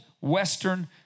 Western